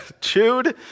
chewed